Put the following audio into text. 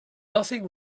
nothing